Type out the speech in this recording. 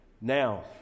now